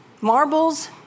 Marbles